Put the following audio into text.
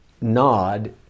nod